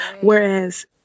Whereas-